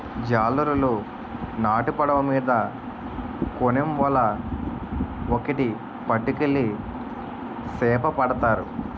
జాలరులు నాటు పడవ మీద కోనేమ్ వల ఒక్కేటి పట్టుకెళ్లి సేపపడతారు